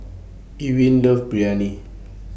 Ewin loves Biryani